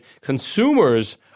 consumers